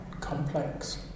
complex